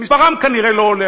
מספרם כנראה לא עולה,